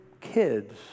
kids